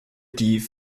die